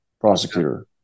prosecutor